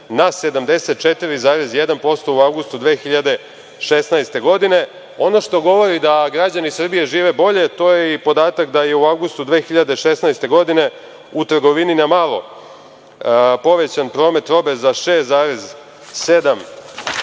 na 74,1% u avgustu 2016. godine. Ono što govori da građani Srbije žive bolje to je i podatak da je u avgustu 2016. godine u trgovini na malo povećan promet robe za 6,7%.